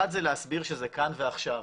אחד, זה להסביר שזה כאן ועכשיו.